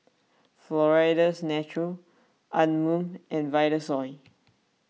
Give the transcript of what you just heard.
Florida's Natural Anmum and Vitasoy